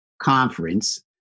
Conference